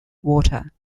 water